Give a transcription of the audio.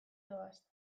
doaz